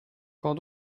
quand